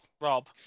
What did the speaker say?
rob